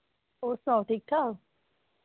होर सनाओ ठीक ठाक